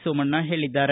ಸೋಮಣ್ಣ ಹೇಳಿದ್ದಾರೆ